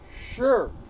sure